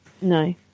No